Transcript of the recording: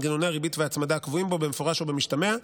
את מנגנוני הריבית וההצמדה הקבועים בו במפורש או במשתמע.